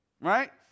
right